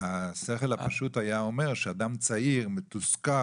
השכל הפשוט היה אומר שאדם צעיר מתוסכל,